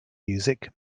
music